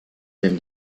del